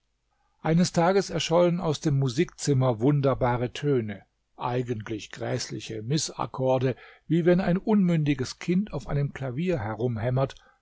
eines tages erschollen aus dem musikzimmer wunderbare töne eigentlich gräßliche mißakkorde wie wenn ein unmündiges kind auf einem klavier